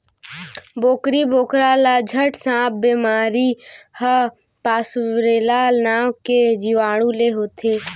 बोकरी बोकरा ल घट सांप बेमारी ह पास्वरेला नांव के जीवाणु ले होथे